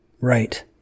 Right